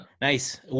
Nice